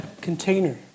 container